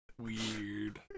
Weird